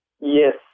Yes